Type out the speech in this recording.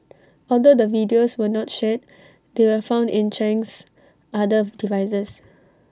although the videos were not shared they were found in Chang's other devices